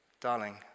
darling